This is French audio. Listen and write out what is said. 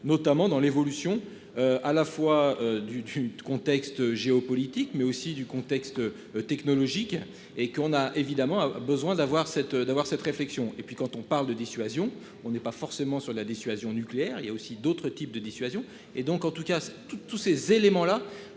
notamment dans l'évolution à la fois du du contexte géopolitique mais aussi du contexte technologique et qu'on a évidemment besoin d'avoir cette d'avoir cette réflexion et puis quand on parle de dissuasion. On n'est pas forcément sur la dissuasion nucléaire il y a aussi d'autres types de dissuasion et donc en tout cas tous tous ces éléments-là